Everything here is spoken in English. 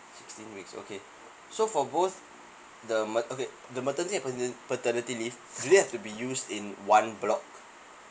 sixteen weeks okay so for both the m~ uh okay the maternity and the paternity leave do they have to be used in one block